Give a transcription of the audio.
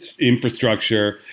infrastructure